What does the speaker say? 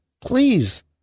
please